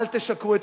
אל תשקרו לציבור,